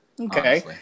Okay